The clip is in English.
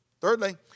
Thirdly